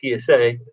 PSA